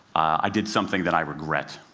i did something that i regret,